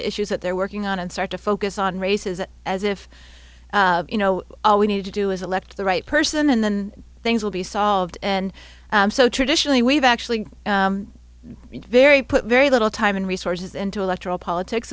the issues that they're working on and start to focus on races as if you know all we need to do is elect the right person and then things will be solved and so traditionally we have actually very put very little time and resources into electoral politics